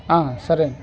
సరే